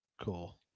Cool